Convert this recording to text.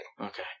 Okay